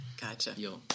Gotcha